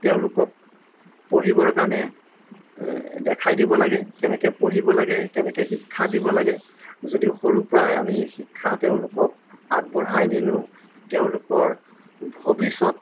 তেওঁক পঢ়িবৰ কাৰণে দেখাই দিব লাগে কেনেকৈ পঢ়িব লাগে কেনেকৈ শিক্ষা দিব লাগে যদি সৰুৰ পৰাই আমি শিক্ষা তেওঁলোকক আগবঢ়াই নিনিওঁ তেওঁলোকৰ ভৱিষ্যত